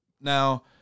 Now